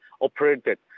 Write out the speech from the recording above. operated